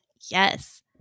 Yes